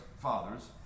fathers